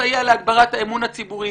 מסייע להגברת האמון הציבורי,